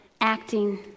acting